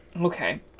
Okay